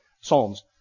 Psalms